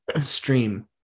stream